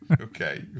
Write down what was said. okay